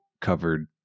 covered